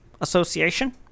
Association